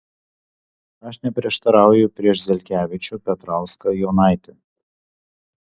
aš neprieštarauju prieš zelkevičių petrauską jonaitį